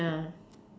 ya